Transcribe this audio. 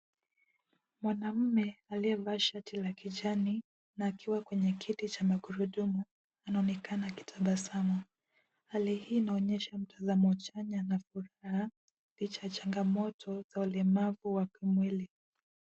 Mwanaume aliye vaa shati la kijani, na akiwa kwenye kiti chamagurudumu anaonekana akitabasamu ,hali hii inaonyesha mtasamo chanya na furaha, licha ya changamoto za ulemevu wa kimwili.